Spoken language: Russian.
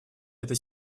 это